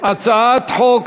הצעת חוק